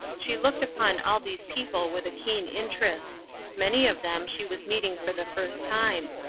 she looked upon all these people with a keen interest many of them she was meeting for the first time.